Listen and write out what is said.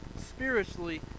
spiritually